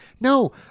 No